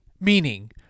meaning